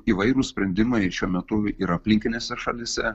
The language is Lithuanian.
įvairūs sprendimai šiuo metu ir aplinkinėse šalyse